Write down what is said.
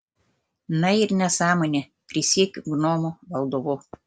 na ir nesąmonė prisiekiu gnomų valdovu